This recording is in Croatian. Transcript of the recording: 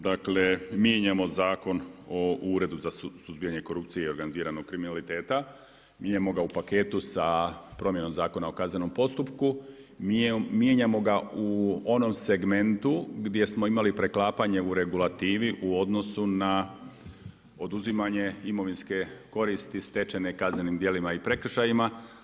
Dakle, mijenjamo Zakon o Uredbu za suzbijanje korupcije i organiziranog kriminaliteta, mijenjamo ga u paketu sa promjenom Zakona o kaznenom postupku, mijenjamo ga u onom segmentu gdje smo imali preklapanje u regulativi u odnosu na oduzimanje imovinske koristi stečene kaznenim dijelima i prekršajem.